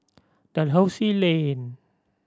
Dalhousie Lane